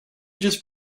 just